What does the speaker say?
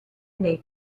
nei